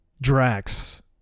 Drax